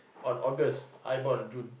on August I bought on June